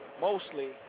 mostly